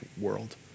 world